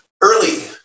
early